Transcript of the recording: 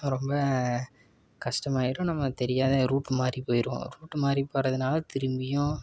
ரொம்ப கஷ்டமாயிரும் நம்ம தெரியாத ரூட்மாறி போயிருவோம் ரூட்டுமாறி போகறதுனால திரும்பியும்